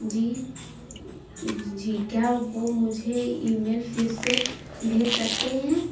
جی جی کیا وہ مجھے ای میل پھر سے بھیج سکتے ہیں